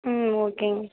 ம் ஓகேங்க